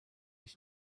his